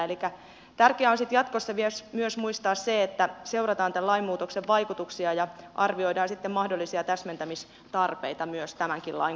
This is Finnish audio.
elikkä tärkeää on sitten jatkossa myös muistaa se että seurataan tämän lainmuutoksen vaikutuksia ja arvioidaan sitten mahdollisia täsmentämistarpeita tämänkin lain